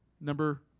Number